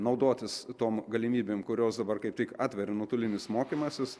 naudotis tom galimybėm kurios dabar kaip tik atveria nuotolinis mokymasis